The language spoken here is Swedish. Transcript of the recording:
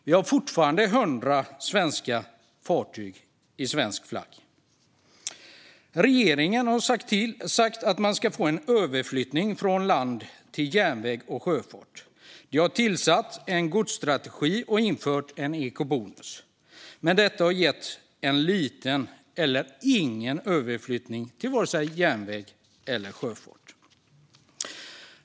Vi har fortfarande 100 fartyg under svensk flagg. Regeringen har sagt att man ska få till stånd en överflyttning från land till järnväg och sjöfart. Man har tillsatt en godsstrategi och infört en ekobonus, men detta har gett en liten, om någon, överflyttning till järnväg eller sjöfart.